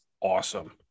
awesome